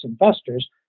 investors